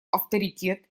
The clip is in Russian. авторитет